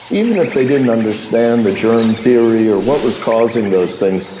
even if they didn't understand the germ theory or what was causing those things,